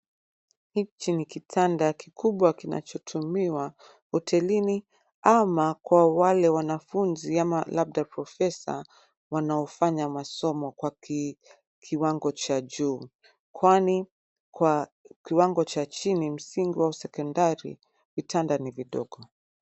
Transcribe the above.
Hichi ni kitanda kikubwa kinachotumiwa hotelini ama kwa wale wanafunzi ama labda profesa wanaofanya masomo kwa kiwango cha juu, kwani kwa kiwango cha chini msingi au sekandari vitanda ni vidogo.